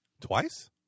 Twice